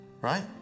Right